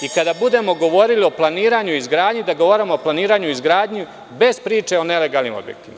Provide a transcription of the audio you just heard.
I kada budemo govorili o planiranju i izgradnji, da govorimo o planiranju i izgradnji bez priče o nelegalnim objektima.